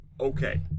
okay